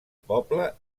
poble